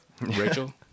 Rachel